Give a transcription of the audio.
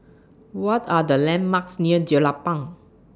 What Are The landmarks near Jelapang